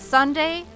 Sunday